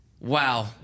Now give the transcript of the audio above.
Wow